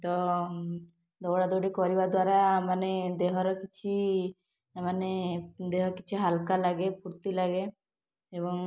ତ ଦୌଡ଼ାଦୌଡ଼ି କରିବା ଦ୍ୱାରା ମାନେ ଦେହର କିଛି ମାନେ ଦେହ କିଛି ହାଲୁକା ଲାଗେ ଫୁର୍ତ୍ତି ଲାଗେ ଏବଂ